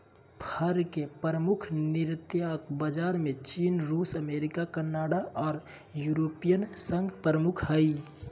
फर के प्रमुख निर्यातक बाजार में चीन, रूस, अमेरिका, कनाडा आर यूरोपियन संघ प्रमुख हई